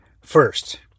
first